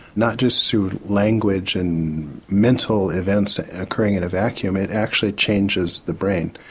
not just through language and mental events occurring in a vacuum, it actually changes the brain.